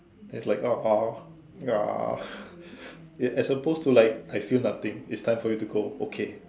it's like ah ah as opposed to like I feel nothing it's time for you to go okay